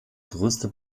größte